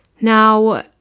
now